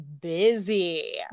busy